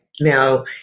now